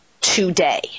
today